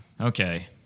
okay